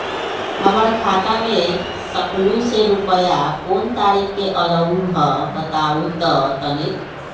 हमर खाता में सकलू से रूपया कोन तारीक के अलऊह बताहु त तनिक?